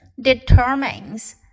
determines